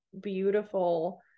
beautiful